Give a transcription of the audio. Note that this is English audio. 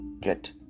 get